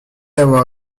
avoir